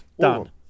Done